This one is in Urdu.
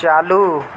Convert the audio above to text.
چالو